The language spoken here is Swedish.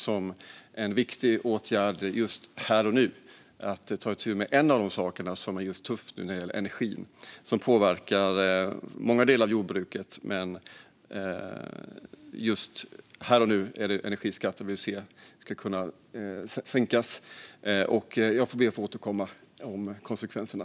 Det är en viktig åtgärd här och nu, för att ta itu med en av de saker som är tuffa när det gäller energin och som påverkar många delar av jordbruket. Här och nu är det energiskatten som vi ser skulle kunna sänkas. Jag ber att få återkomma om konsekvenserna.